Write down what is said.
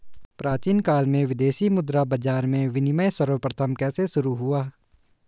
प्राचीन काल में विदेशी मुद्रा बाजार में विनिमय सर्वप्रथम कैसे शुरू हुआ?